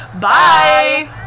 Bye